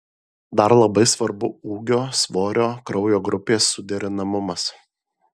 dar labai svarbu ūgio svorio kraujo grupės suderinamumas